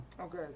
okay